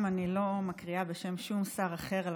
הפעם אני לא מקריאה בשם שום שר אחר אלא